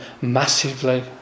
massively